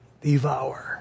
devour